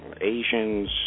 Asians